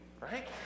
right